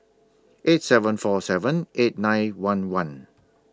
eight seven four seven eight nine one one